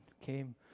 came